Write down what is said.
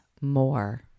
more